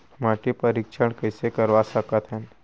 माटी परीक्षण कइसे करवा सकत हन?